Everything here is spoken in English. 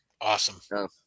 Awesome